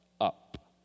up